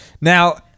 Now –